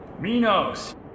Minos